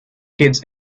kids